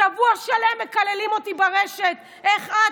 שבוע שלם מקללים אותי ברשת: איך את,